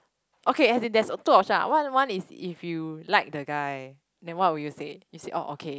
okay as in there's two option ah one one is if you like the guy then what would you say you say oh okay